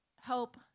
help